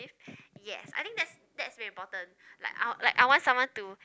if yes I think that's that's very important like I like I want someone to